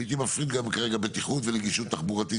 הייתי מפריד כרגע בטיחות ונגישות תחבורתית,